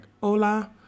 hola